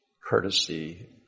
courtesy